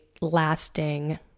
lasting